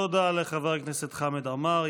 תודה לחבר הכנסת חמד עמאר.